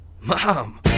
Mom